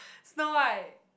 Snow-White